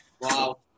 Wow